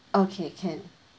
okay can